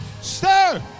Stir